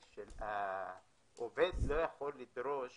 שהעובד לא יכול לדרוש